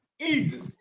easy